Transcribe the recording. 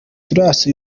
gicurasi